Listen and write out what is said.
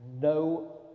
No